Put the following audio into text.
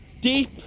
Deep